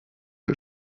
les